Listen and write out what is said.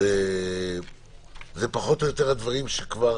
זה פחות או יותר הדברים שכבר